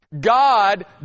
God